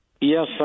yes